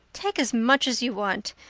take as much as you want.